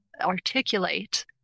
articulate